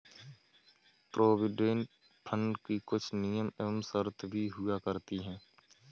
provident fund की कुछ नियम एवं शर्तें भी हुआ करती हैं